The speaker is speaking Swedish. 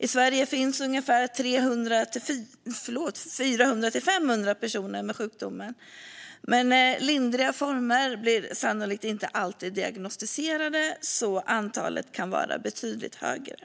I Sverige finns 400-500 personer med sjukdomen. Men lindriga former blir sannolikt inte alltid diagnostiserade, så antalet kan vara betydligt högre.